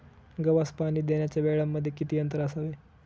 गव्हास पाणी देण्याच्या वेळांमध्ये किती अंतर असावे?